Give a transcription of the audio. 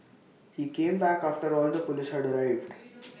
he came back after all the Police had arrived